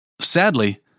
Sadly